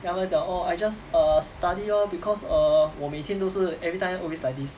then 他们讲 oh I just err study lor because err 我每天都是 everytime always like this